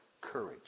courage